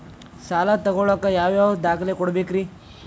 ಸಾಲ ತೊಗೋಳಾಕ್ ಯಾವ ಯಾವ ದಾಖಲೆ ಕೊಡಬೇಕ್ರಿ?